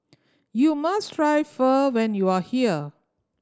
you must try Pho when you are here